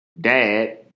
dad